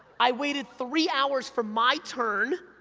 i waited three hours for my turn,